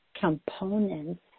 components